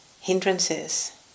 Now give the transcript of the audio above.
hindrances